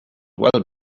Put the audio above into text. well